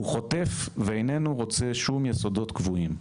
הוא חוטף ואיננו רוצה שום יסודות קבועים.